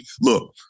look